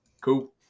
Cool